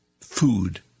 food